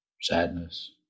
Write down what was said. sadness